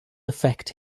affect